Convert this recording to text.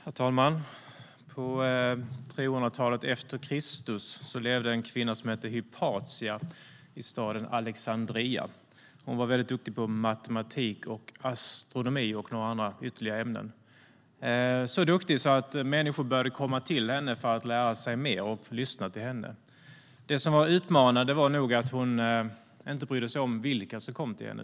Herr talman! På 300-talet efter Kristus levde en kvinna som hette Hypatia i staden Alexandria. Hon var duktig på matematik och astronomi och några ytterligare ämnen. Hon var så duktig att människor började komma till henne för att lära sig mer och lyssna till henne. Det som var utmanande var nog att hon inte brydde sig om vilka som kom till henne.